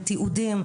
תיעודים,